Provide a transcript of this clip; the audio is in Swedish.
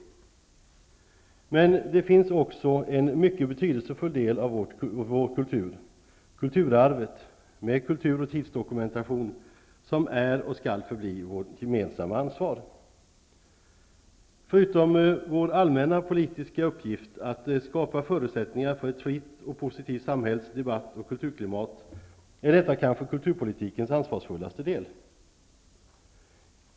Det finns emellertid även en mycket betydelsefull del av vår kultur, kulturarvet med kultur och tidsdokumentation, som är och skall förbli vårt gemensamma ansvar. Förutom vår allmänna politiska uppgift att skapa förutsättningar för ett fritt och positivt samhälls , debatt och kulturklimat är detta kanske kulturpolitikens mest ansvarsfulla del.